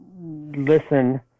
listen